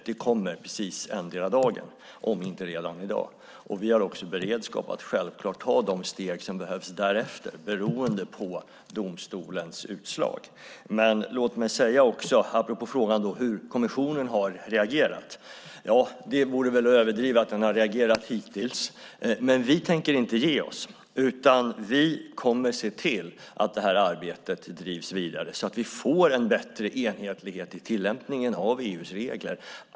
Det kommer endera dagen, om inte redan i dag, och vi har också beredskap att självklart ta de steg som beroende på domstolens utslag behöver tas därefter. Låt mig apropå frågan hur kommissionen har reagerat säga att det väl vore att överdriva att säga att den har reagerat hittills. Vi tänker dock inte ge oss, utan vi kommer att se till att detta arbete drivs vidare så att vi får en bättre enhetlighet i tillämpningen av EU:s regler.